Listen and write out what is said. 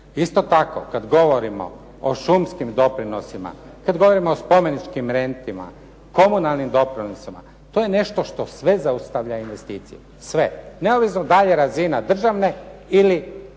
Isto tako kad govorimo o šumskim doprinosima, kad govorimo o spomeničkim rentima, komunalnim doprinosima, to je nešto što sve zaustavlja investicije. Sve. …/Govornik se ne razumije./… dalje razina državne ili